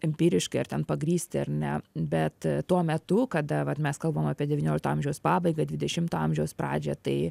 empiriškai ar ten pagrįsti ar ne bet tuo metu kada vat mes kalbam apie devyniolikto amžiaus pabaigą dvidešimto amžiaus pradžią tai